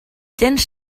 tens